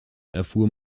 erfuhr